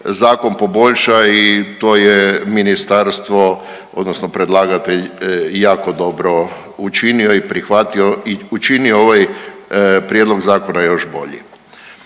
zakon poboljša i to je ministarstvo, odnosno predlagatelj jako dobro učinio i prihvatio i učinio ovaj prijedlog zakona još bolji.